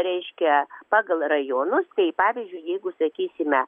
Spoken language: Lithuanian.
reiškia pagal rajonus tai pavyzdžiui jeigu sakysime